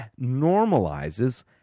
normalizes